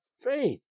faith